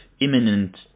imminent